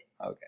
Okay